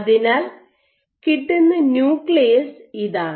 അതിനാൽ കിട്ടുന്ന ന്യൂക്ലിയസ് ഇതാണ്